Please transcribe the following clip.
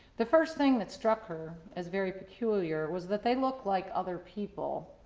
the first thing that struck her as very peculiar was that they looked like other people.